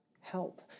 help